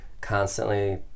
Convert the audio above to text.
constantly